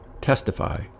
testify